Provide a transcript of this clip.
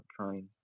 trying